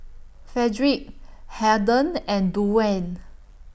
Frederick Harden and Duwayne